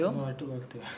no I took all three